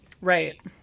Right